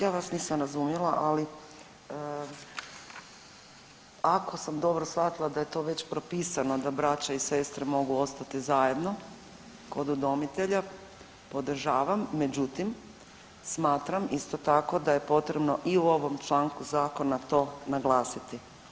Ja, ja vas nisam razumjela, ali ako sam dobro shvatila, da je to već propisano da braća i sestre mogu ostati zajedno kod udomitelja, podržavam, međutim, smatram isto tako, da je potrebno i u ovom članku Zakona to naglasiti.